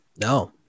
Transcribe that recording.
No